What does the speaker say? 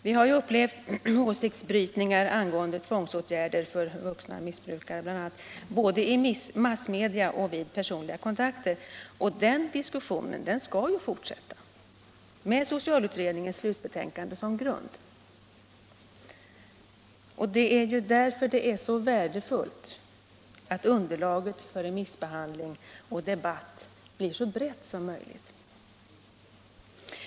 Vi har ju upplevt åsiktsbrytningar angående tvångsåtgärder — bl.a. för vuxna missbrukare — både i massmedia och vid personliga kontakter. Och den diskussionen skall naturligtvis fortsätta —- med socialutredningens slutbetänkande som grund. Det är därför så värdefullt att underlaget för remissbehandling och debatt blir så brett som möjligt.